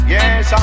Yes